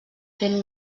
fent